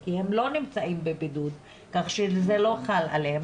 כי הם לא נמצאים בבידוד כך שזה לא חל עליהם.